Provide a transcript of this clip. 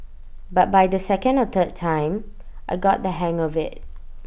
but by the second or third time I got the hang of IT